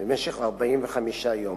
במשך 45 יום.